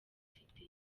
mfite